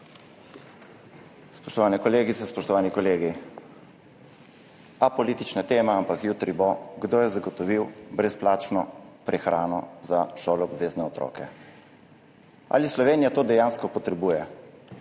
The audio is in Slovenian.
Spoštovane kolegice, spoštovani kolegi! Apolitična tema, ampak jutri bo, kdo je zagotovil brezplačno prehrano za šoloobvezne otroke. Ali Slovenija to dejansko potrebuje?